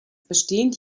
bestehend